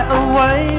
away